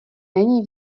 není